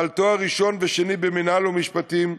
בעל תואר ראשון ושני במינהל ומשפטים,